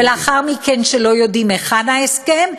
ולאחר מכן שלא יודעים היכן ההסכם,